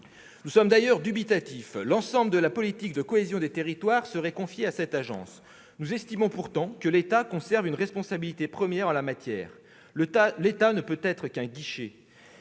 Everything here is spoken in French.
Nous sommes d'ailleurs dubitatifs : l'ensemble de la politique de cohésion des territoires serait confié à cette agence. Nous estimons pourtant que l'État conserve une responsabilité première en la matière. L'État ne saurait être seulement un guichet.